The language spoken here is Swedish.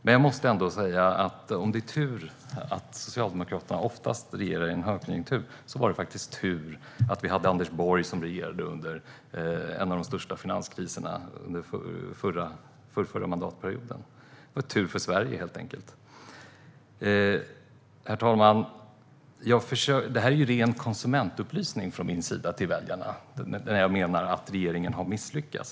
Men jag måste ändå säga att om det är tur att Socialdemokraterna oftast regerar i en högkonjunktur var det faktiskt tur att vi hade Anders Borg som regerade under en av de största finanskriserna, under förrförra mandatperioden. Det var tur för Sverige helt enkelt. Herr talman! Det är ren konsumentupplysning från min sida till väljarna när jag säger att regeringen har misslyckats.